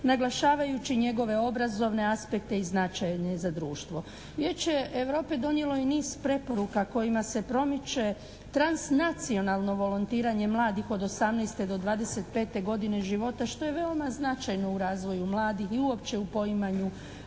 naglašavajući njegove obrazovne aspekte i značajne za društvo. Vijeće Europe donijelo je niz preporuka kojima se promiče transnacionalno volontiranje mladih od 18. do 25. godine života, što je veoma značajno u razvoju mladih i uopće u poimanju